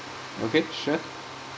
okay sure